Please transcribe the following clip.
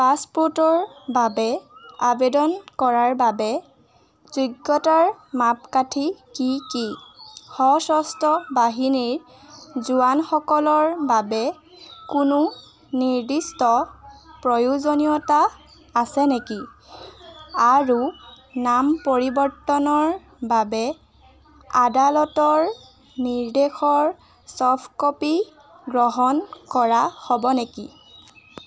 পাছপ'ৰ্টৰ বাবে আবেদন কৰাৰ বাবে যোগ্যতাৰ মাপকাঠি কি কি সশস্ত্ৰ বাহিনীৰ জোৱানসকলৰ বাবে কোনো নিৰ্দিষ্ট প্ৰয়োজনীয়তা আছে নেকি আৰু নাম পৰিৱৰ্তনৰ বাবে আদালতৰ নিৰ্দেশৰ চফ্ট ক'পি গ্ৰহণ কৰা হ'ব নেকি